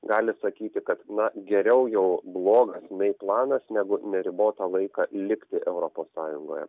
gali sakyti kad na geriau jau blogas mei planas negu neribotą laiką likti europos sąjungoje